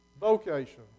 vocation